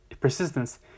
persistence